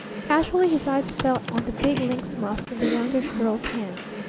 casually his eyes fell on the big lynx muff in the youngish girl's hand.